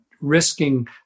risking